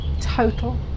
total